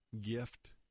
gift